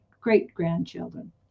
great-grandchildren